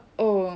ya